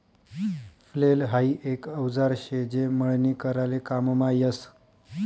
flail हाई एक औजार शे जे मळणी कराले काममा यस